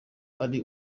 ari